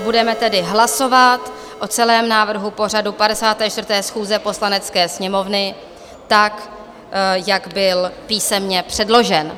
Budeme tedy hlasovat o celém návrhu pořadu 54. schůze Poslanecké sněmovny tak, jak byl písemně předložen.